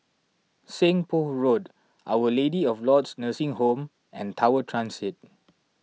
Seng Poh Road Our Lady of Lourdes Nursing Home and Tower Transit